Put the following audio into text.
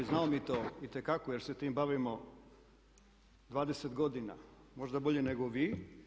Znamo mi to itekako jer se tim bavimo 20 godina, možda bolje nego vi.